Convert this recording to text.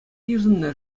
йышӑннӑ